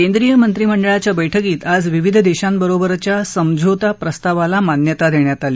केंद्रीय मंत्रिमंडळाच्या बैठकीत आज विविध देशांबरोबरच्या समझोता प्रस्तावाला मान्यता देण्यात आली